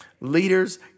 leaders